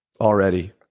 already